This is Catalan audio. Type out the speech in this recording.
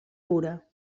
pura